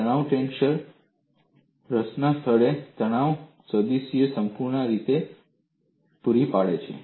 તણાવ ટેન્સર રસના સ્થળે તણાવ સદીશ્સની સંપૂર્ણતા પૂરી પાડે છે